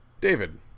David